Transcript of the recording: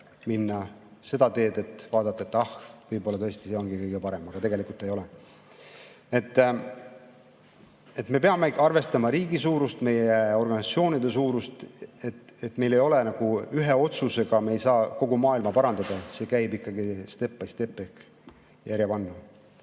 minna seda teed, et vaadata, ah, võib-olla tõesti see ongi kõige parem, aga tegelikult ei ole. Me peamegi arvestama riigi suurust, meie organisatsioonide suurust. Me ei saa ühe otsusega kogu maailma parandada, see käib ikkagistep by stepehk järjepannu. Nii